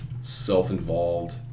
self-involved